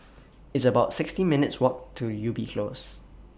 It's about sixty minutes' Walk to Ubi Close